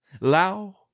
Lao